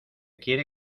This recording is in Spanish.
quiere